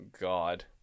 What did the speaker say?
God